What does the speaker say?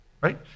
Right